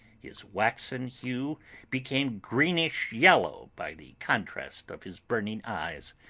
his waxen hue became greenish-yellow by the contrast of his burning eyes,